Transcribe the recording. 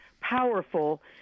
powerful